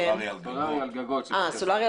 סולרי על גגות.